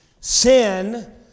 Sin